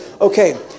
Okay